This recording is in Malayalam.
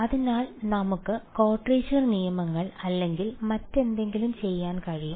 അതിനാൽ നമുക്ക് ക്വാഡ്രേച്ചർ നിയമങ്ങൾ അല്ലെങ്കിൽ മറ്റെന്തെങ്കിലും ചെയ്യാൻ കഴിയും